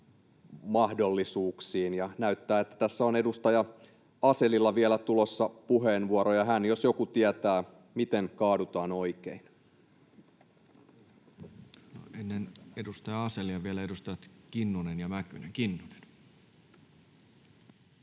mahdollisuuksiin. Näyttää, että tässä on edustaja Asellilla vielä tulossa puheenvuoro, ja hän jos joku tietää, miten kaadutaan oikein. Ennen edustaja Asellia vielä edustajat Kinnunen ja Mäkynen. — Kinnunen.